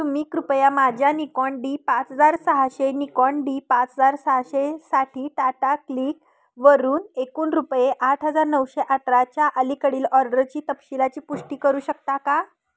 तुम्ही कृपया माझ्या निकोण डी पाच हजार सहाशे निकोण डी पाच हजार सहाशेसाठी टाटा क्लिक वरून एकूण रुपये आठ हजार नऊशे अठराच्या अलीकडील ऑर्डरची तपशीलाची पुष्टी करू शकता का